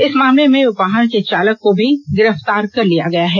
इस मामले में वाहन के चालक को भी गिरफ्तार कर लिया गया है